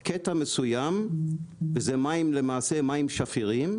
כקטע מסוים וזה מים למעשה, מים שפירים,